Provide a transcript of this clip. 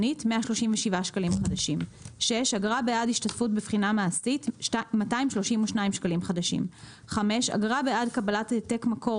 עיונית137 אגרה בעד השתתפות בבחינה מעשית232 אגרה בעד קבלת העתק מקור